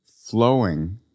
flowing